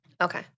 Okay